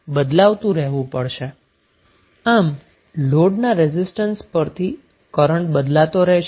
આમ લોડના રેઝિસ્ટન્સ પરથી કરન્ટ બદલાતો રહેશે